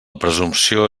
presumpció